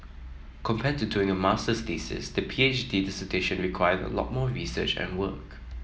compared to doing a masters thesis the P H D dissertation required a lot more research and work